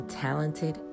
talented